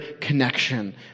connection